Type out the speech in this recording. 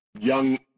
young